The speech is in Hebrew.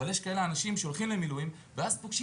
אבל יש כאלה אנשים שהולכים למילואים ואז פוגשים